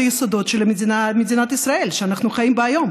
היסודות של מדינת ישראל שאנחנו חיים בה היום.